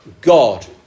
God